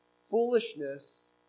foolishness